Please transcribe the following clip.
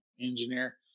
engineer